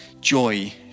joy